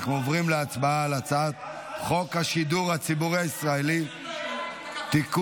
אנחנו עוברים להצבעה על הצעת חוק השידור הציבורי הישראלי (תיקון,